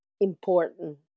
important